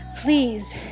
please